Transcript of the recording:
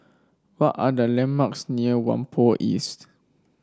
what are the landmarks near Whampoa East